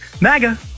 MAGA